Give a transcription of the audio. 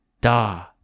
Da